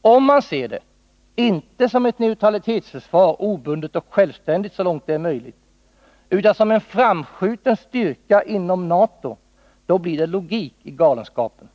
Om man ser det inte som ett neutralitetsförsvar, obundet och självständigt så långt det är möjligt, utan som en framskjuten styrka inom NATO, då blir det logik i galenskapen.